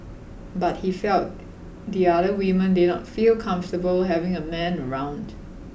but he felt the other women did not feel comfortable having a man around